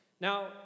Now